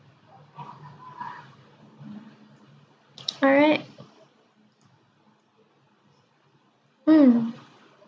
alright mm